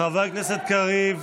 חבר הכנסת קריב.